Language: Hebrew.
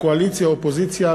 קואליציה ואופוזיציה,